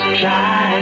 try